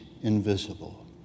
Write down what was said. invisible